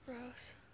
Gross